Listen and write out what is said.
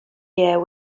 year